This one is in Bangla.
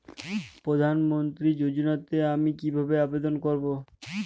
প্রধান মন্ত্রী যোজনাতে আমি কিভাবে আবেদন করবো?